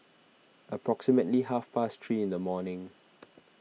approximately half past three in the morning